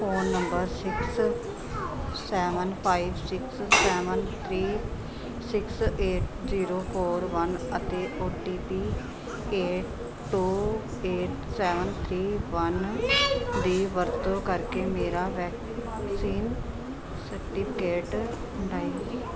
phone number six seven five six seven three six eight zero four one ਅਤੇ O T P eight two eight seven three one ਦੀ ਵਰਤੋਂ ਕਰਕੇ ਮੇਰਾ vaccine certificate down